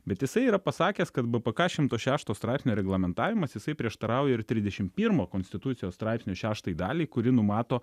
bet jisai yra pasakęs kad pk šimto šešto straipsnio reglamentavimas jisai prieštarauja ir trisdešim pirmo konstitucijos straipsnio šeštai daliai kuri numato